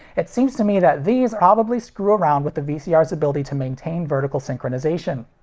it seems to me that these probably screw around with a vcr's ability to maintain vertical synchronization.